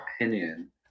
opinion